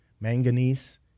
manganese